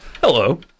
Hello